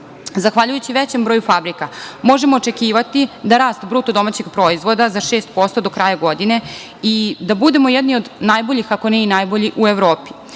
zaradu. Zahvaljujući većem broju fabrika možemo očekivati da rast BDP za 6% do kraja godine i da budemo jedni od najboljih, ako ne i najbolji u Evropi.